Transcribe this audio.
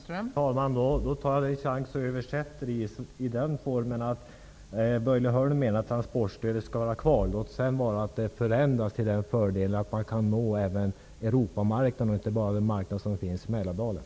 Fru talman! Jag tar då chansen och översätter svaret så, att Börje Hörnlund menar att transportstödet skall vara kvar. Låt vara, att det kanske förändras så att fördelen uppnås att man också når Europamarknaden, inte bara den marknad som finns i Mälardalen.